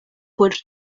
por